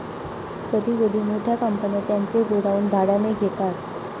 कधी कधी मोठ्या कंपन्या त्यांचे गोडाऊन भाड्याने घेतात